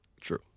True